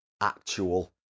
actual